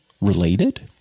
related